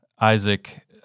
Isaac—